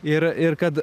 ir ir kad